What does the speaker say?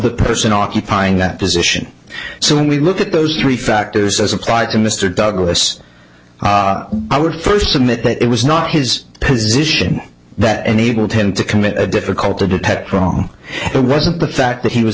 the person occupying that position so when we look at those three factors as applied to mr douglas i would first admit that it was not his position that enabled him to commit a difficult to detect wrong it wasn't the fact that he was